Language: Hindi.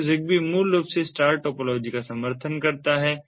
तो ZigBee मूल रूप से स्टार टोपोलॉजी का समर्थन करता है